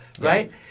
right